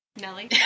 Nelly